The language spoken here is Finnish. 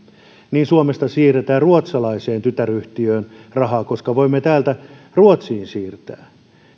suomesta siirretään ruotsalaiseen tytäryhtiöön rahaa koska voimme täältä ruotsiin siirtää